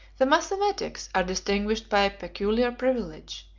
the mathematics are distinguished by a peculiar privilege,